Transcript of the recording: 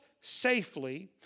safely